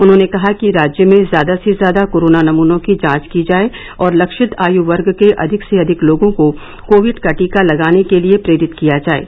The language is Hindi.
उन्होंने कहा कि राज्य में ज्यादा से ज्यादा कोरोना नमूनों की जांच की जाये और लक्षित आयु वर्ग के अधिक से अधिक लोगों को कोविड का टीका लगाने के लिये प्रेरित किया जाये